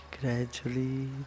gradually